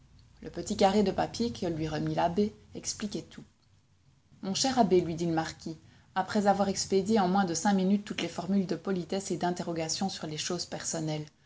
le petit carré de papier que lui remit l'abbé expliquait tout mon cher abbé lui dit le marquis après avoir expédié en moins de cinq minutes toutes les formules de politesse et d'interrogation sur les choses personnelles